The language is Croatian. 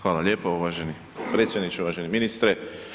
Hvala lijepo uvaženi predsjedniče, uvaženi ministre.